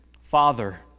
Father